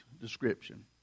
description